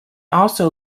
also